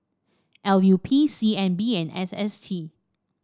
L U P C N B and S S T